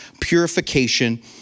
purification